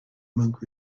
monk